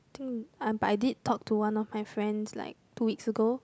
but I did talk to one of my friends like two weeks ago